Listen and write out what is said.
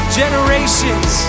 generations